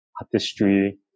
artistry